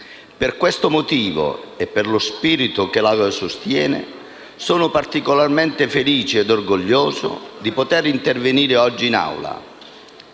Per questo motivo e per lo spirito che la sostiene, sono particolarmente felice e orgoglioso di poter intervenire oggi in